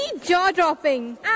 jaw-dropping